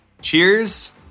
cheers